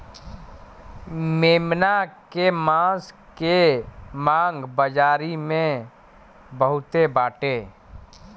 मेमना के मांस के मांग बाजारी में बहुते बाटे